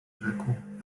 rzekł